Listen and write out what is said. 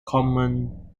common